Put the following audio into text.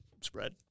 spread